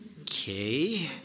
Okay